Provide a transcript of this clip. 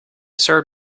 served